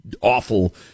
awful